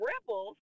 ripples